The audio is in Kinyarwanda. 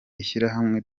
ishyirahamwe